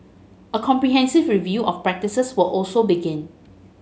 a comprehensive review of practices will also begin